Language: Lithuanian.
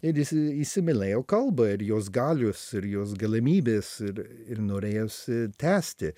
ir įsi įsimylėjau kalbą ir jos galios ir jos galimybės ir ir norėjosi tęsti